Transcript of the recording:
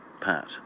Pat